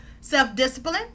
self-discipline